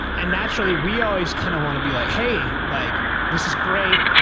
and naturally, we always kind of want to be like, hey, like this is great.